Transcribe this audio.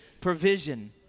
Provision